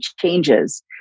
changes